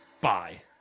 Bye